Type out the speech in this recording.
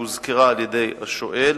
שהוזכרה על-ידי השואל,